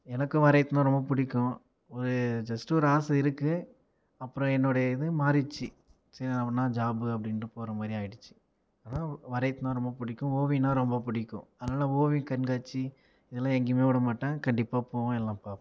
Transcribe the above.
எனக்கும் வரையுறதுனா ரொம்ப பிடிக்கும் ஒரு ஜஸ்ட்டு ஒரு ஆசை இருக்குது அப்புறம் என்னுடைய இது மாறிடுச்சு சரி அப்படினா ஜாப்பு அப்படின்ட்டு போகிற மாதிரி ஆகிடுச்சி ஆனால் வரையுறதுனா ரொம்ப பிடிக்கும் ஓவியம்னா ரொம்ப புடிக்கும் அதனால ஓவியக் கண்காட்சி இதெல்லாம் எங்கேயுமே விட மாட்டேன் கண்டிப்பாக போவேன் எல்லாம் பார்ப்பேன்